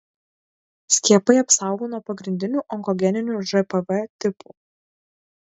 skiepai apsaugo nuo pagrindinių onkogeninių žpv tipų